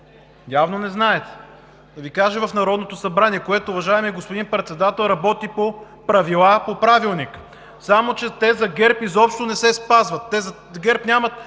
Явно не знаете! Да Ви кажа: в Народното събрание, което, уважаеми господин Председател, работи по правилата от Правилника. Само че те за ГЕРБ изобщо не се спазват, те за ГЕРБ нямат